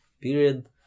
Period